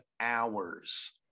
hours